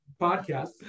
podcast